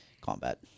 combat